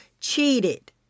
cheated